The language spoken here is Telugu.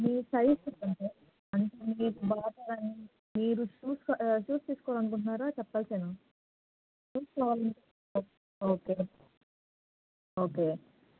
మీ సైజు చెప్పండి సార్ అంటే మీరు బాటా మీరు షూస్ షూస్ తీసుకోవాలనుకుంటున్నారా చెప్పల్స్ అయినా షూస్ కావాలంటే ఓకే ఓకే